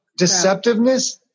deceptiveness